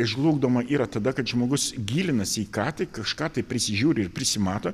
žlugdoma yra tada kad žmogus gilinasi į ką tai kažką tai prisižiūri ir prisimato